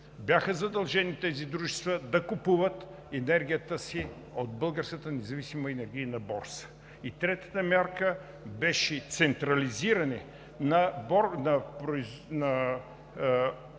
бяха задължени да купуват енергията си от Българската независима енергийна борса. И третата мярка беше централизиране на